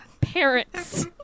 parents